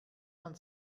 man